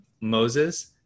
Moses